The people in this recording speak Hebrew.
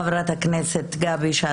חברת הכנסת גבי לסקי,